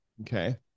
Okay